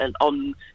on